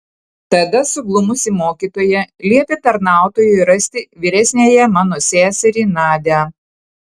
tada suglumusi mokytoja liepė tarnautojui rasti vyresniąją mano seserį nadią